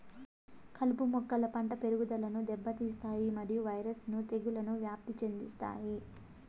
కలుపు మొక్కలు పంట పెరుగుదలను దెబ్బతీస్తాయి మరియు వైరస్ ను తెగుళ్లను వ్యాప్తి చెందిస్తాయి